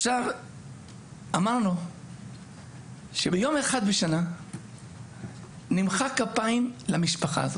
אמרנו שביום אחד בשנה נמחא כפיים למשפחה הזאת,